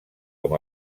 com